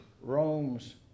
Rome's